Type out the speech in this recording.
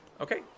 Okay